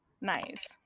nice